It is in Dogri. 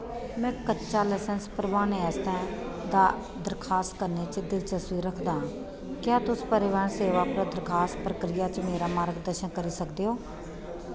में कच्चा लसैंस भरवाने आस्तै दा दरखास्त करने च दिलचस्पी रखदा आं क्या तुस परिवहन सेवा पर दरखास्त प्रक्रिया च मेरा मार्गदर्शन करी सकदे ओ